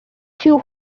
two